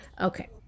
okay